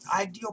ideal